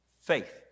faith